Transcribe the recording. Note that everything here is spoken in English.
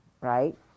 right